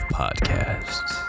podcasts